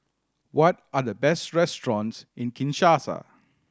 what are the best restaurants in Kinshasa